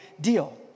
deal